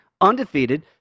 undefeated